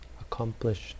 accomplished